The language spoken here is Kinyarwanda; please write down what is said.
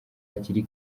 hakiri